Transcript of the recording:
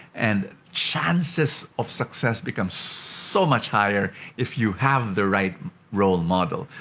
and, chances of success become so much higher if you have the right role model.